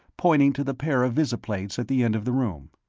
pointing to the pair of visiplates at the end of the room.